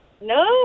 No